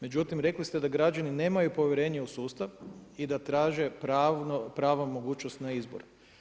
Međutim, rekli ste da građani nemaju povjerenje u sustav i da traže pravo, mogućnost na izbor.